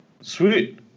Sweet